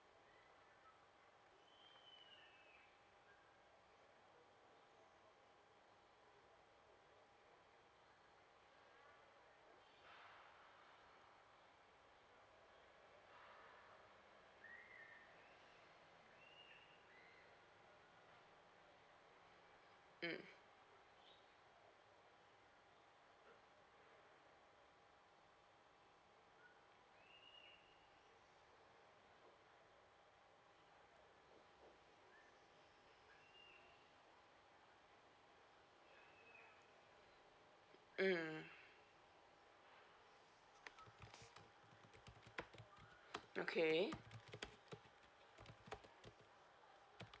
mm mm